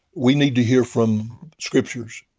we need to hear from scriptures.